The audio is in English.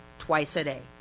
twice a day.